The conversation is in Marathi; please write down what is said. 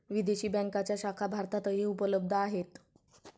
विदेशी बँकांच्या शाखा भारतातही उपलब्ध आहेत